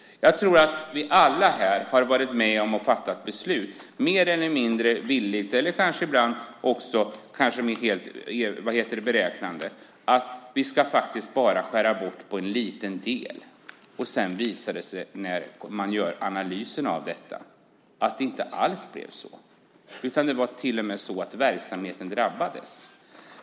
Jag tror att vi alla här varit med om att fatta beslut mer eller mindre villigt, eller kanske ibland helt beräknande, där vi sagt: Vi ska faktiskt bara skära bort en liten del. Sedan visar det sig när man gör analysen av detta att det inte alls blev så. Det var till och med så att verksamheten drabbades.